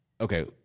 okay